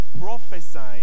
prophesying